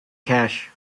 cash